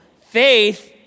faith